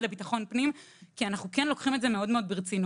לביטחון פנים כי אנחנו כן לוקחים את זה מאוד ברצינות.